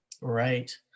right